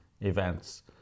events